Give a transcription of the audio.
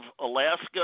Alaska